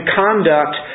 conduct